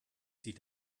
sie